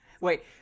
Wait